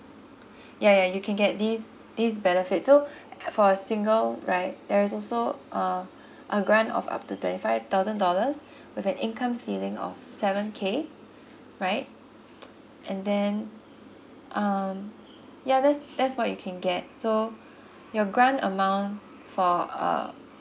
ya ya you can get this this benefit so for a single right there is also uh a grant of up to twenty five thousand dollars with an income ceiling of seven K right and then um ya that's that's what you can get so your grant amount for uh